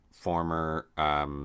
former